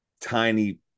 tiny